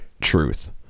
truth